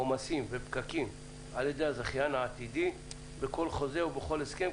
עם מניעת עומסים ופקקים על ידי הזכיין העתידי בכל חוזה ובכל הסכם,